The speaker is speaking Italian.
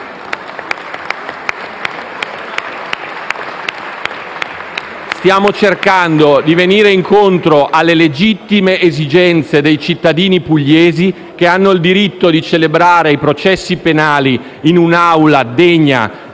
Stiamo cercando di venire incontro alle legittime esigenze dei cittadini pugliesi, che hanno il diritto di celebrare i processi penali in un'aula degna